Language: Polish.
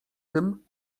tym